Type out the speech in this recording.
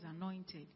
anointed